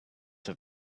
have